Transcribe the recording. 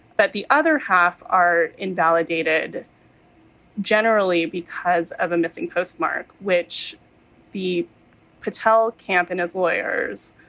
but the other half are invalidated generally because of a missing postmark, which the patel camp and of lawyers,